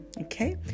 Okay